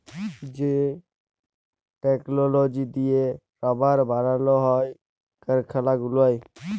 যে টেকললজি দিঁয়ে রাবার বালাল হ্যয় কারখালা গুলায়